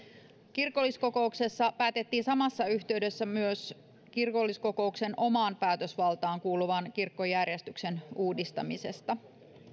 kirkolliskokouksessa päätettiin samassa yhteydessä myös kirkolliskokouksen omaan päätösvaltaan kuuluvan kirkkojärjestyksen uudistamisesta